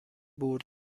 برد